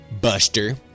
Buster